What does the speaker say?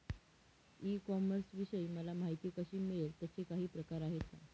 E कॉमर्सविषयी मला माहिती कशी मिळेल? त्याचे काही प्रकार आहेत का?